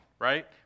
right